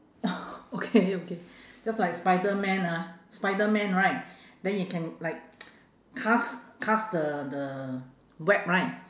okay okay just like spiderman ah spiderman right then you can like cast cast the the web right